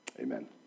Amen